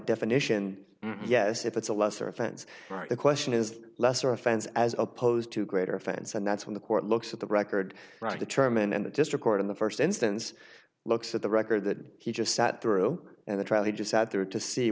definition yes if it's a lesser offense the question is lesser offense as opposed to greater offense and that's when the court looks at the record determine and the district court in the first instance looks at the record that he just sat through and the trial he just sat there to see